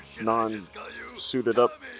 non-suited-up